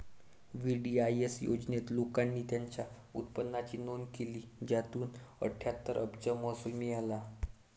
VDIS योजनेत, लोकांनी त्यांच्या उत्पन्नाची नोंद केली, ज्यातून अठ्ठ्याहत्तर अब्ज महसूल मिळाला